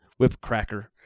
whipcracker